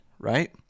right